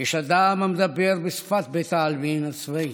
"יש אדם המדבר בשפת בית העלמין הצבאי,